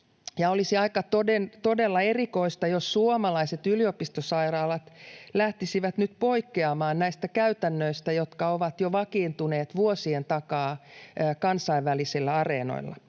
olisi todella aika erikoista, jos suomalaiset yliopistosairaalat lähtisivät nyt poikkeamaan näistä käytännöistä, jotka ovat jo vakiintuneet vuosien takaa kansainvälisillä areenoilla.